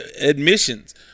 admissions